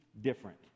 different